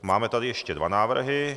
Máme tady ještě dva návrhy.